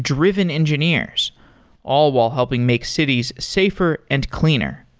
driven engineers all while helping make cities safer and cleaner.